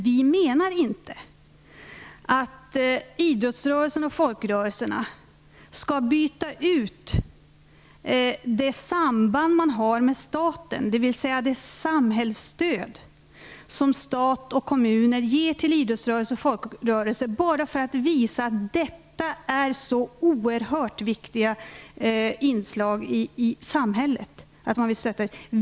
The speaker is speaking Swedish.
Stat och kommuner ger idrottsrörelsen och folkrörelserna ett samhällsstöd bara för att visa att de är så oerhört viktiga inslag i samhället.